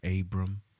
Abram